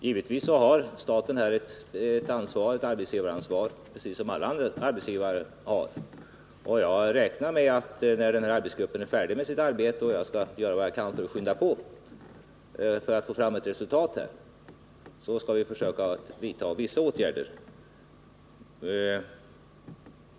Givetvis har staten här ett arbetsgivaransvar, precis som alla andra arbetsgivare, och jag räknar med att när arbetsgruppen är färdig med sitt arbete — jag skall göra vad jag kan för att skynda på så att man får fram ett resultat — skall vi försöka vidta vissa åtgärder.